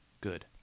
good